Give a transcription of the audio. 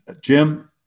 Jim